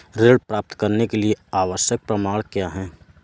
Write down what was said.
ऋण प्राप्त करने के लिए आवश्यक प्रमाण क्या क्या हैं?